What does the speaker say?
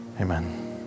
Amen